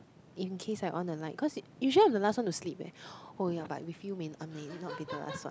in case I on the light cause usually I'm the last one to sleep ya oh ya but with you I may not be the last one